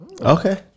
Okay